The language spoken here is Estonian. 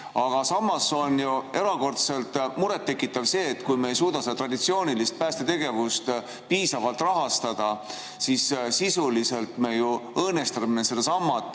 Aga samas on ju erakordselt muret tekitav see, et kui me ei suuda traditsioonilist päästetegevust piisavalt rahastada, siis sisuliselt me ju õõnestame sedasama